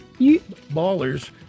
ballers